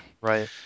Right